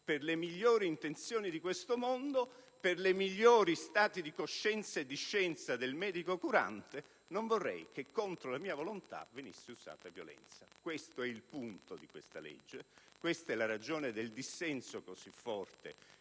Per le migliori intenzioni di questo mondo, per i migliori stati di coscienza e di scienza del medico curante, non vorrei che contro la mia volontà venisse usata violenza. Questo è il punto di questa legge. Questa è la ragione del dissenso così forte